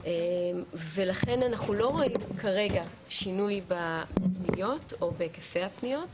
ולכן אנחנו לא רואים כרגע שינוי בפניות או בהיקפי הפניות.